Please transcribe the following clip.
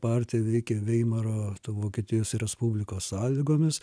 partija veikė veimaro vokietijos respublikos sąlygomis